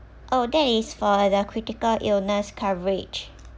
oh that is for their critical illness coverage